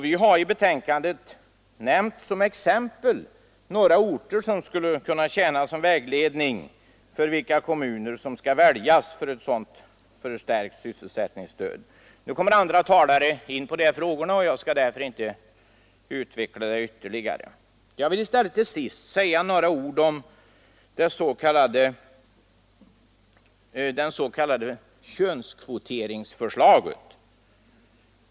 Vi har i betänkandet nämnt några orter som skulle tjäna som exempel och vägledning när det gäller vilka kommuner som skall väljas för ett sådant förstärkt sysselsättningsstöd. Andra talare kommer in på dessa frågor, och jag skall därför inte utveckla dem ytterligare. Jag vill i stället till sist säga några ord om det s.k. könskvoteringsförslaget.